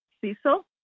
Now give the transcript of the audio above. Cecil